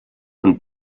und